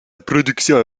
production